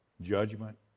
Judgment